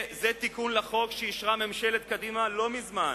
זה תיקון לחוק שאישרה ממשלת קדימה לא מזמן,